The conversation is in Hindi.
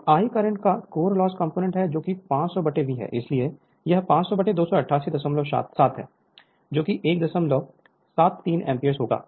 तो I करंट का कोर लॉस कंपोनेंट है जोकि 500 V है इसलिए यह 500 2887 है जोकि 173 एम्पीयर होगा